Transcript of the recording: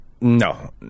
No